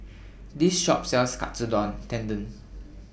This Shop sells Katsu Tendon